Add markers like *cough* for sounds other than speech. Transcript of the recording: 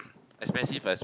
*coughs* expensive as